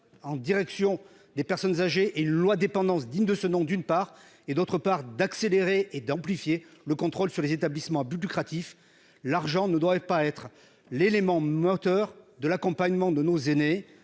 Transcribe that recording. en direction des personnes âgées et d'élaborer une loi sur la dépendance digne de ce nom, d'autre part, d'accélérer et d'amplifier le contrôle sur les établissements à but lucratif. L'argent ne doit pas être l'élément moteur de l'accompagnement de nos aînés.